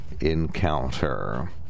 encounter